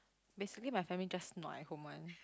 basically my family just nua at home [one]